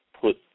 put